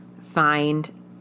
find